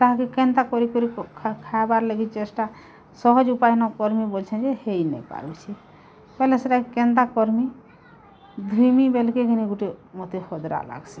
ତାହାକେ କେନ୍ତା କରି କରି ଖାଏବାର୍ ଲାଗି ଚେଷ୍ଟା ସହଜ୍ ଉପାୟନ କର୍ମି ବଲୁଛେଁ ଯେ ହେଇନେଇ ପାରୁଛେ ବେଲେ ସେଟାକେ କେନ୍ତା କର୍ମି ଧୁଇମି ବେଲେକେ କିନି ଗୁଟକେ ମୋତେ କଧରା ଲାଗ୍ସି